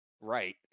right